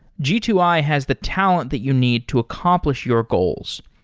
g two i has the talent that you need to accomplish your goals.